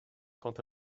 tente